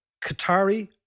Qatari